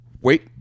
Wait